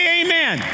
amen